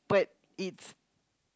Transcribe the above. but it's